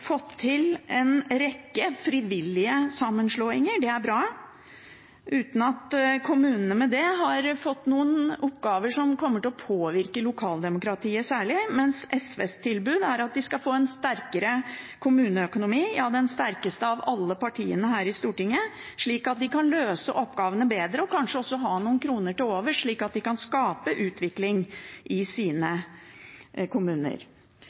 fått til en rekke frivillige sammenslåinger – det er bra – uten at kommunene med det har fått noen oppgaver som kommer til å påvirke lokaldemokratiet noe særlig. SVs tilbud er at de skal få en sterkere kommuneøkonomi – ja, sterkere enn det alle de andre partiene her på Stortinget tilbyr – slik at de kan løse oppgavene bedre og kanskje også ha noen kroner til overs, slik at de kan skape utvikling i sine kommuner.